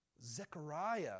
Zechariah